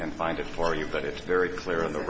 and find it for you but it's very clear on the